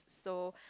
so